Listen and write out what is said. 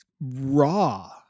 raw